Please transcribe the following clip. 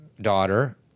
daughter